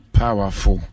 powerful